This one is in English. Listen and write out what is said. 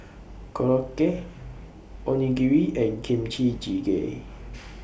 Korokke Onigiri and Kimchi Jjigae